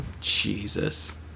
Jesus